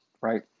right